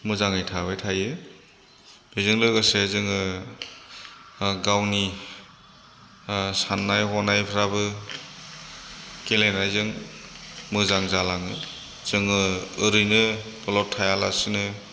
मोजाङै थाबाय थायो बेजों लोगोसे जोङो गावनि साननाय हनायफोराबो गेलेनायजों मोजां जालाङो जोङो ओरैनो दलर थायालासिनो